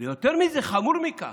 ויותר מזה, חמור מכך,